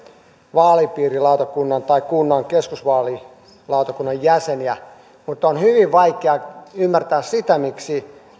vaalipiirilautakunnan tai kunnan keskusvaalilautakunnan jäseniä mutta on hyvin vaikea ymmärtää sitä miksi